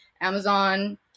Amazon